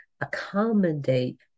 accommodate